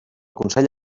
consell